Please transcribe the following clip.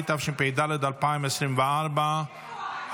התשפ"ד 2024,